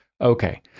Okay